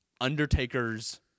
undertaker's